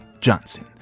Johnson